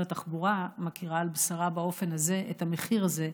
התחבורה מכירה על בשרה באופן הזה את המחיר הזה,